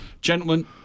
gentlemen